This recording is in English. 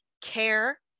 care